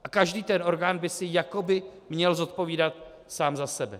A každý ten orgán by si jakoby měl zodpovídat sám za sebe.